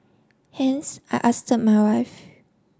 hence I asked my wife